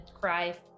cry